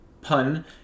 Pun